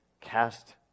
cast